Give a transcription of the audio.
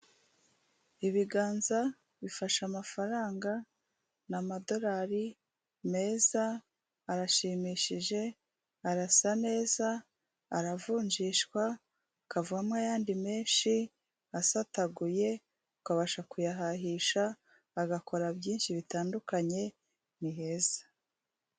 Ibiganza bifashe amafaranga, n'amadorari meza arashimishije arasa neza, aravunjishwa akavamo ayandi menshi asataguye ukabasha kuyahahisha agakora byinshi bitandukanye ni heza.